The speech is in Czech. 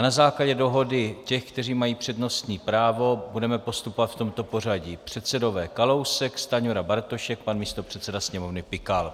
Na základě dohody těch, kteří mají přednostní právo, budeme postupovat v tomto pořadí: předsedové Kalousek, Stanjura, Bartošek, pan místopředseda Sněmovny Pikal.